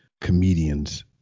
comedians